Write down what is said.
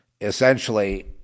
essentially